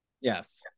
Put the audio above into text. Yes